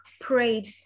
prayed